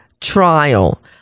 trial